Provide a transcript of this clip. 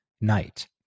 night